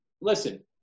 Listen